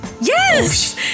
yes